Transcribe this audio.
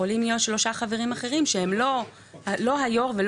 יכולים להיות שלושה חברים אחרים שהם לא היו"ר ולא